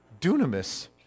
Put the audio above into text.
dunamis